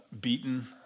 beaten